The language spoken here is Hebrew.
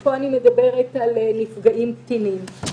פה אני מדברת על נפגעים קטינים.